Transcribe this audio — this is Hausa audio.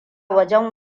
wajen